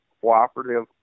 cooperative